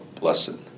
lesson